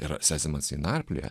ir sezemas jį narplioja